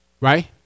Right